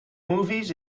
movies